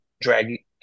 drag